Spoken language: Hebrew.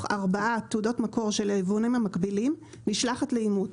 ארבע תעודות מקור של יבואנים מקבילים נשלחת לאימות,